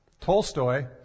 Tolstoy